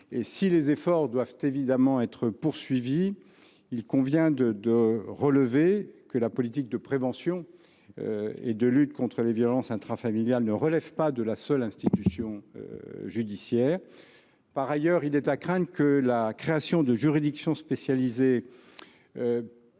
Si les efforts doivent évidemment être poursuivis, il convient de relever que la politique de prévention et de lutte contre les violences intrafamiliales ne relève pas de la seule institution judiciaire. Par ailleurs, il est à craindre que la création de juridictions spécialisées